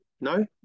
No